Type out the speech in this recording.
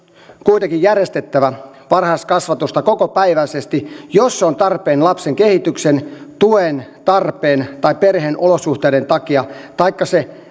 kuitenkin järjestettävä varhaiskasvatusta kokopäiväisesti jos se on tarpeen lapsen kehityksen tuen tai perheen olosuhteiden takia taikka se